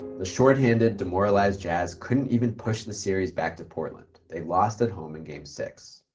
the shorthanded, demoralized jazz couldn't even push the series back to portland. they lost at home in game six.